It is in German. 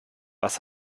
was